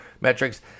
metrics